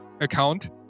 account